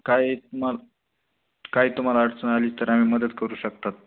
काही तुमा काही तुम्हाला अडचण आली तर आम्ही मदत करू शकतात